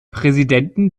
präsidenten